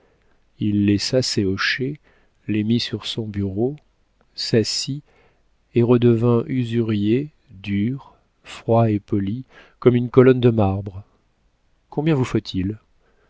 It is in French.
il laissa ses hochets les mit sur son bureau s'assit et redevint usurier dur froid et poli comme une colonne de marbre combien vous faut-il